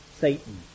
Satan